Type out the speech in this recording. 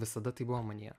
visada tai buvo manyje